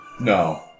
No